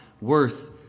worth